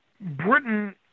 Britain